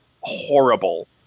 horrible